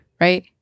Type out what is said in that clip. right